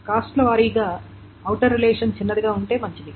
cost ల వారీగా outer relation చిన్నదిగా ఉంటే మంచిది